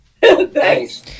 Thanks